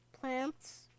Plants